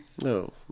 no